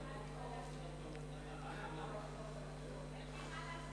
התשס"ט 2009, לדיון בוועדה